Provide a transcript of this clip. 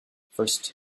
first